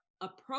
approach